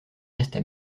resta